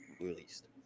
released